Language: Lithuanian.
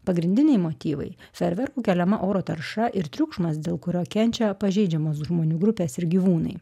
pagrindiniai motyvai feerverkų keliama oro tarša ir triukšmas dėl kurio kenčia pažeidžiamos žmonių grupės ir gyvūnai